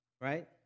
right